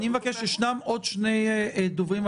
יש עוד שני דוברים,